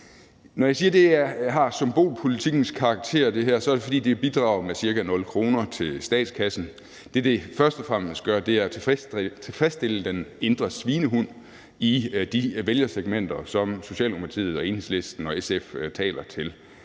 Når jeg siger, at det her har symbolpolitikkens karakter, så er det, fordi det bidrager med cirka nul kroner til statskassen. Det, det først og fremmest gør, er at tilfredsstillende den indre svinehund i de vælgersegmenter, som Socialdemokratiet og Enhedslisten og SF taler til.